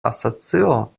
asocio